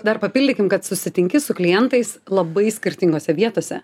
dar papildykim kad susitinki su klientais labai skirtingose vietose